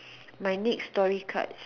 my next story card